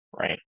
right